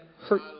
hurt